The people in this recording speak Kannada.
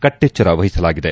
ಕಟ್ಟೆಚ್ಚರ ವಹಿಸಲಾಗಿದೆ